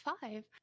five